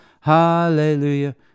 Hallelujah